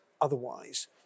otherwise